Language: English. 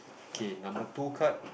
okay number two card